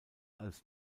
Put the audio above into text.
als